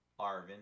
Arvin